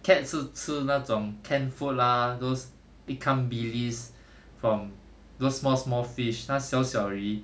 cat 是吃那种 canned food lah those ikan bili from those small small fish 那小小的鱼